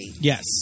Yes